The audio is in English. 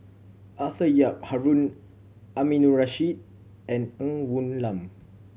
Arthur Yap Harun Aminurrashid and Ng Woon Lam